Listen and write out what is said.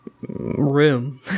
room